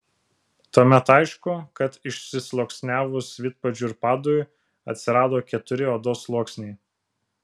tuomet aišku kad išsisluoksniavus vidpadžiui ir padui atsirado keturi odos sluoksniai